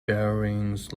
bearings